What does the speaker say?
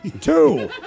Two